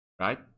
right